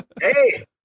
Hey